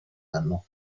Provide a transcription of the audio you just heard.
hanno